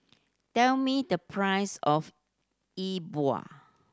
tell me the price of Yi Bua